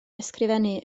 ysgrifennu